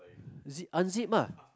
zip unzip ah